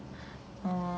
mm